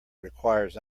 requires